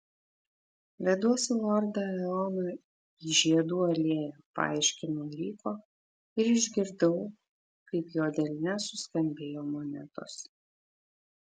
veduosi lordą eoną į žiedų alėją paaiškino ryko ir išgirdau kaip jo delne suskambėjo monetos